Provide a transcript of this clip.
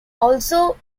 also